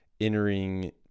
entering